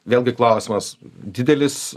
vėlgi klausimas didelis